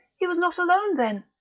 he was not alone, then!